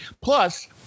plus